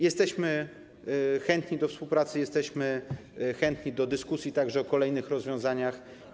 Jesteśmy chętni do współpracy, jesteśmy chętni na dyskusję o kolejnych rozwiązaniach.